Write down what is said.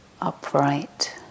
upright